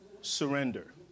surrender